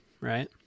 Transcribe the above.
right